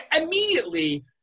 immediately